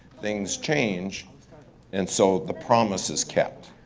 things changed and so the promise is kept.